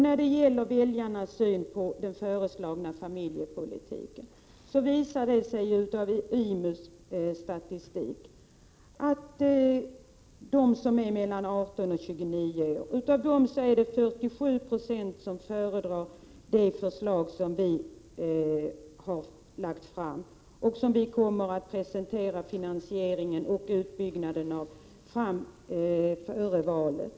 När det gäller väljarnas syn på den föreslagna familjepolitiken visar det sig av IMU:s statistik att av dem som är mellan 18 och 29 år föredrar 47 Je vårt förslag. Vi kommer att presentera finansieringen och utbyggnaden före valet.